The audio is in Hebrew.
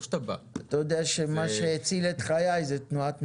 אתה יודע שמה שהציל את חיי זה תנועת נוער,